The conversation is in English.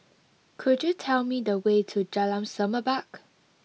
could you tell me the way to Jalan Semerbak